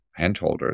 handholders